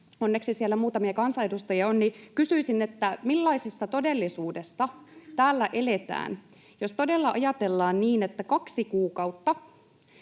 onneksi siellä muutamia kansanedustajia on — niin kysyisin, millaisessa todellisuudessa täällä eletään, jos todella ajatellaan niin, että kaksi kuukautta